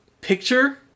picture